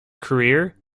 career